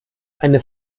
eine